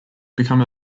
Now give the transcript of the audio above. become